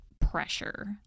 pressure